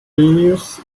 vilnius